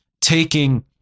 taking